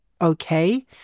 okay